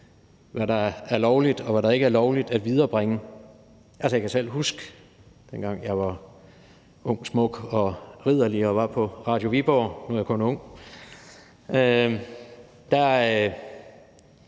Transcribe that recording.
hvad der er lovligt og hvad der ikke er lovligt at viderebringe. Jeg kan selv huske, at dengang jeg var ung, smuk og ridderlig og var på Radio Viborg – nu er jeg kun ung –